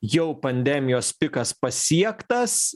jau pandemijos pikas pasiektas